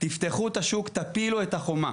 תפתחו את השוק, תפילו את החומה.